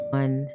one